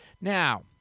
Now